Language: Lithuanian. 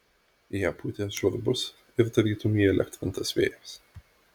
į ją pūtė žvarbus ir tarytum įelektrintas vėjas